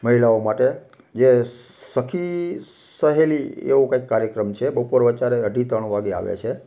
મહિલાઓ માટે જે સખી સહેલી એવો કંઈક કાર્યક્રમ છે બપોર વચાળે અઢી ત્રણ વાગે આવે છે